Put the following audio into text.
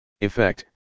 Effect